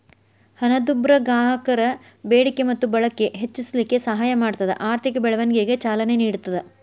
ಹಣದುಬ್ಬರ ಗ್ರಾಹಕರ ಬೇಡಿಕೆ ಮತ್ತ ಬಳಕೆ ಹೆಚ್ಚಿಸಲಿಕ್ಕೆ ಸಹಾಯ ಮಾಡ್ತದ ಆರ್ಥಿಕ ಬೆಳವಣಿಗೆಗ ಚಾಲನೆ ನೇಡ್ತದ